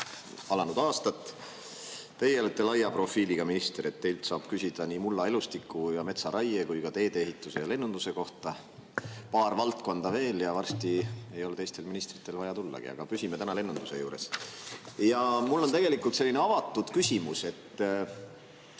alanud aastat. Teie olete laia profiiliga minister, teilt saab küsida nii mullaelustiku ja metsaraie kui ka teedeehituse ja lennunduse kohta. Paar valdkonda veel, ja varsti ei ole teistel ministritel vaja tullagi, aga püsime täna lennunduse juures. Mul on tegelikult selline avatud küsimus.